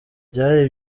byari